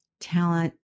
talent